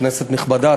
כנסת נכבדה,